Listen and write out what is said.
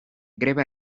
greba